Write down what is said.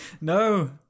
No